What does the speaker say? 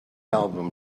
album